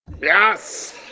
Yes